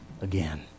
again